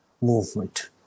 movement